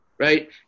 Right